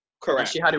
Correct